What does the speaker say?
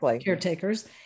caretakers